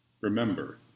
Remember